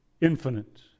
infinite